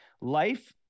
life